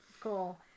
Cool